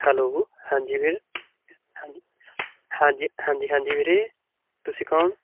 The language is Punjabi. ਹੈਲੋ ਹਾਂਜੀ ਵੀਰ ਹਾਂਜੀ ਹਾਂਜੀ ਹਾਂਜੀ ਹਾਂਜੀ ਵੀਰੇ ਤੁਸੀਂ ਕੌਣ